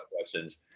questions